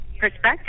perspective